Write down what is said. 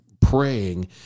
praying